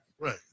Right